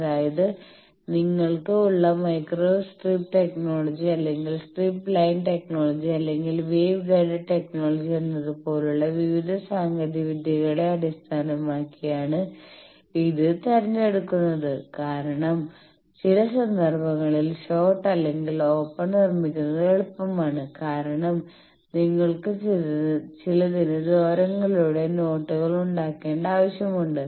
അതായത് നിങ്ങൾക്ക് ഉള്ള മൈക്രോ സ്ട്രിപ്പ് ടെക്നോളജി അല്ലെങ്കിൽ സ്ട്രിപ്പ് ലൈൻ ടെക്നോളജി അല്ലെങ്കിൽ വേവ് ഗൈഡ് ടെക്നോളജി എന്നതുപോലുള്ള വിവിധ സാങ്കേതികവിദ്യകളെ അടിസ്ഥാനമാക്കിയാണ് ഇത് തിരഞ്ഞെടുക്കുന്നത് കാരണം ചില സന്ദർഭങ്ങളിൽ ഷോർട്ട് അല്ലെങ്കിൽ ഓപ്പൺ നിർമ്മിക്കുന്നത് എളുപ്പമാണ് കാരണം നിങ്ങൾക്ക് ചിലതിന് ദ്വാരങ്ങളിലൂടെ നോട്ടുകൾ ഉണ്ടാക്കേണ്ട ആവശ്യമുണ്ട്